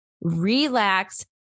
relax